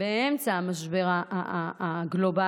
באמצע המשבר הגלובלי,